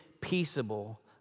peaceable